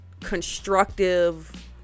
constructive